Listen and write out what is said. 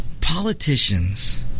politicians